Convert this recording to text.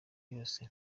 yose